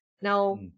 now